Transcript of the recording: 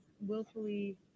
willfully